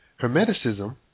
Hermeticism